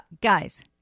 guys